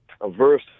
averse